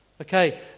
okay